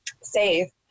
safe